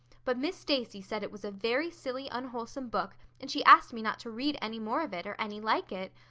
but miss stacy said it was a very silly, unwholesome book, and she asked me not to read any more of it or any like it.